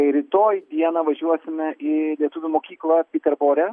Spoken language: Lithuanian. rytoj dieną važiuosime į lietuvių mokyklą piterbore